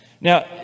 Now